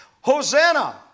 Hosanna